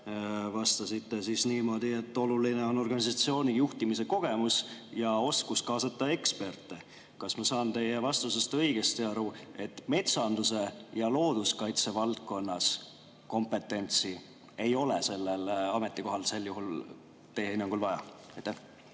Vastasite niimoodi, et oluline on organisatsiooni juhtimise kogemus ja oskus kaasata eksperte. Kas ma saan teie vastusest õigesti aru, et metsanduse ja looduskaitse valdkonnas kompetentsi ei ole sellel ametikohal teie hinnangul vaja?